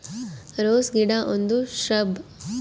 rose ಗಿಡ ಒಂದು shrub